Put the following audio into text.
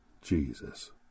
Jesus